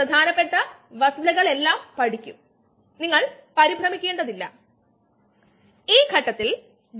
അതായത് നമുക്ക് A മുതൽ B വരെയുള്ള പരിവർത്തനത്തിനും മാറ്റുമെന്നും പറയാം